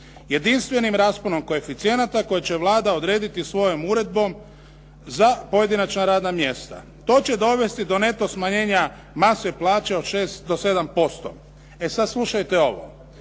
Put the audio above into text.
jedinstvenim rasponom koeficijenata koje će Vlada odrediti svojom uredbom za pojedinačna radna mjesta. To će dovesti do neto smanjenja mase plaće od 6 do 7%". E sada slušajte ovo